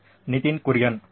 ನಿತಿನ್ ಕುರಿಯನ್ ಹೌದು